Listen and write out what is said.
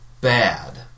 bad